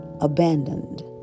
abandoned